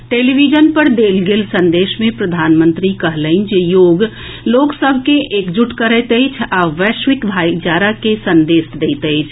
television पर देल गेल संदेश में प्रधानमंत्री कहलनि जे योग लोक सभ के एकजुट करैत अछि आ वैश्विक भाईचाराक संदेश दैत अछि